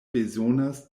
bezonas